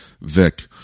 Vic